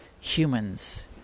humans